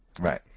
Right